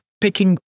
picking